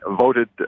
voted